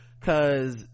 cause